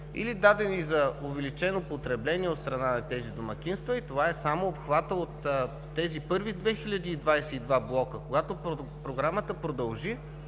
дадени за увеличено потребление от страна на тези домакинства. Това е само обхватът от първите 22 блока. Когато Програмата продължи,